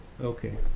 Okay